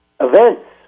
events